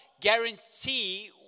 guarantee